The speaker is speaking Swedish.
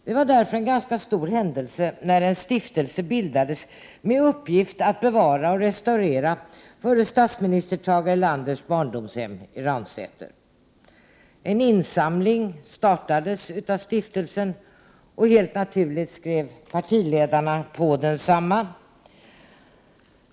Det var därför en ganska stor händelse när en stiftelse bildades med uppgift att bevara och restaurera förre statsminister Tage Erlanders barndomshem i Ransäter. En insamling startades av stiftelsen, och helt naturligt skrev partiledarna under uppropet för insamlingen.